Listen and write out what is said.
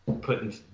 putting